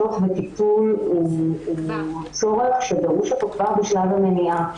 הצורך בטיפול הוא צורך שדרוש אותו כבר בשלב המניעה,